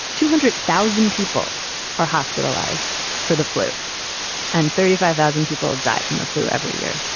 two hundred thousand people are hospitalized for the flu and thirty five thousand people die from the flu every year.